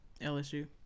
LSU